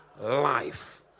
life